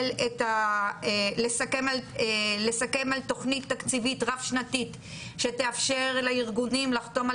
לסכם על תוכנית תקציבית רב-שנתית שתאפשר לארגונים לחתום על